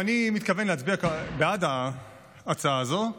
אני מתכוון להצביע בעד ההצעה הזאת,